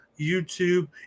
YouTube